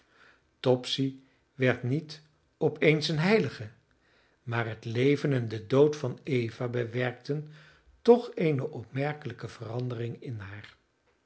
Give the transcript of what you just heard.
topsy werd niet op eens een heilige maar het leven en de dood van eva bewerkten toch eene opmerkelijke verandering in haar